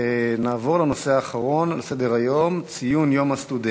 נעבור לנושא האחרון על סדר-היום: ציון יום הסטודנט.